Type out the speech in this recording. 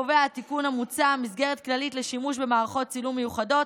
קובע התיקון המוצע מסגרת כללית לשימוש במערכות צילום מיוחדות,